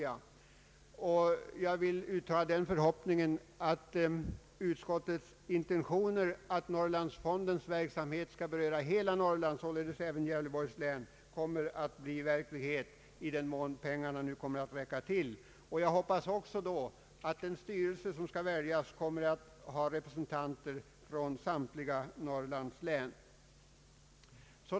Jag vill därför uttala förhoppningen att utskottets intentioner att Norrlandsfondens verksamhet skall beröra hela Norrland — således även Gävleborgs län — kommer att bli verklighet när pengarna nu ökar. Jag hoppas också att den styrelse som kommer att väljas får representanter från samtliga Norrlandslän.